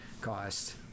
cost